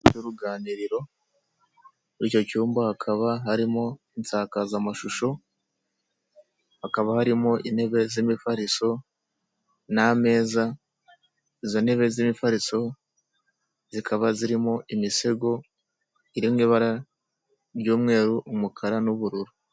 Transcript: Uganiriro muri icyo cyumba hakaba harimo insakazamashusho hakaba harimo intego z'imifariso n'amezaza izo ntebe z'imifariso zikaba zirimo imisego iri mu ibara ry'umweru umukara n'ubururu.